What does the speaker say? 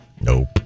Nope